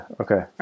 Okay